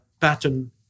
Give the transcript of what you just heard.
pattern